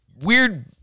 Weird